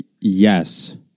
yes